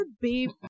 babe